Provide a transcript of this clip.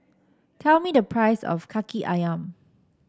tell me the price of kaki ayam